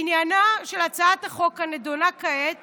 עניינה של הצעת החוק הנדונה כעת